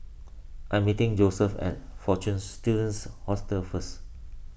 I am meeting Joeseph at fortune Students Hostel first